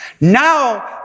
Now